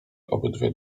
obydwie